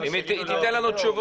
אם היא תיתן לנו תשובות.